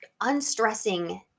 unstressing